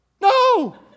no